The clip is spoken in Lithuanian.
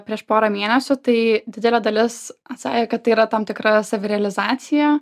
prieš porą mėnesių tai didelė dalis atsakė kad tai yra tam tikra savirealizacija